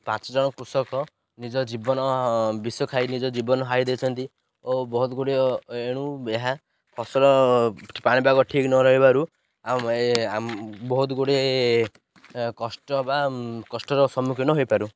ପାଞ୍ଚ ଜଣ କୃଷକ ନିଜ ଜୀବନ ବିଷ ଖାଇ ନିଜ ଜୀବନ ହାରି ଦେଇଛନ୍ତି ଓ ବହୁତ ଗୁଡ଼ିଏ ଏଣୁ ଏହା ଫସଲ ପାଣିପାଗ ଠିକ ନ ରହିବାରୁ ଆମ ବହୁତ ଗୁଡ଼ିଏ କଷ୍ଟ ବା କଷ୍ଟର ସମ୍ମୁଖୀନ ହୋଇପାରୁ